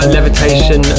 Levitation